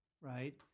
right